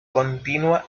continua